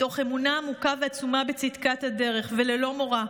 מתוך אמונה עמוקה ועצומה בצדקת הדרך וללא מורא.